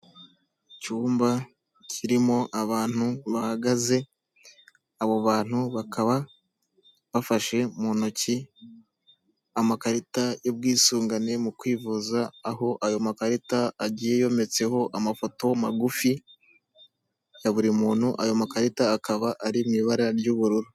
Icyumba kirimo abantu bahagaze, abo bantu bakaba bafashe mu ntoki amakarita y'ubwisungane mu kwivuza. Aho ayo makarita agiye yometseho amafoto magufi ya buri muntu, ayo makarita akaba ari mu ibara ry'ubururu.